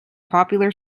popular